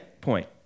point